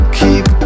keep